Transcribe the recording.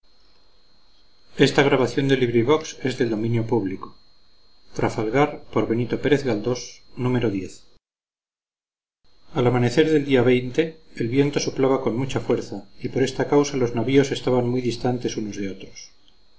al amanecer del día el viento soplaba con mucha fuerza y por esta causa los navíos estaban muy distantes unos de otros